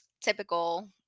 typical